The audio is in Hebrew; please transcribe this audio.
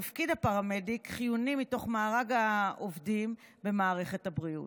תפקיד הפרמדיק חיוני בתוך מארג העובדים במערכת הבריאות.